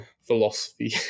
philosophy